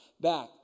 back